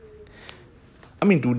I mean